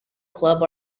club